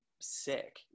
sick